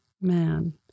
man